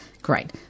Great